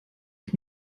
ich